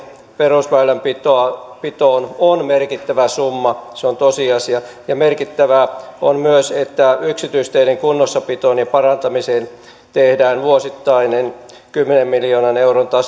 perusväylänpitoon on merkittävä summa se on tosiasia ja merkittävää on myös että yksityisteiden kunnossapitoon ja parantamiseen tehdään vuosittainen kymmenen miljoonan euron